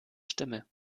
stimme